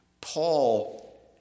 Paul